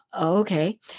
Okay